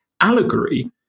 allegory